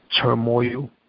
turmoil